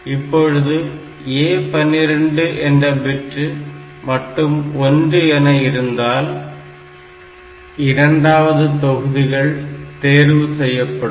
இப்பொழுது A12 என்ற bit மட்டும் 1 என இருந்தால் இரண்டாவது தொகுதிகள் தேர்வு செய்யப்படும்